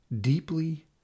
deeply